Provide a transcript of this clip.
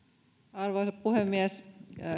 arvoisa puhemies